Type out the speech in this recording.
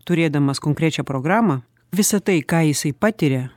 turėdamas konkrečią programą visą tai ką jisai patiria